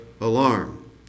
alarm